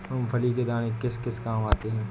मूंगफली के दाने किस किस काम आते हैं?